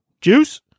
juice